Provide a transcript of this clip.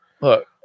Look